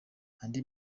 andi